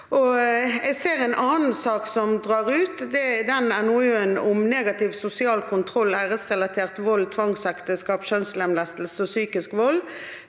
Jeg ser en annen sak som drar ut. Det er NOU-en om negativ sosial kontroll, æresrelatert vold, tvangsekteskap, kjønnslemlestelse og psykisk vold.